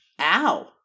Ow